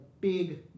big